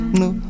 no